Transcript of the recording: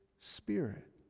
spirit